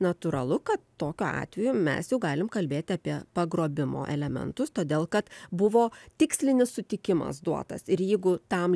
natūralu kad tokiu atveju mes jau galim kalbėti apie pagrobimo elementus todėl kad buvo tikslinis sutikimas duotas ir jeigu tam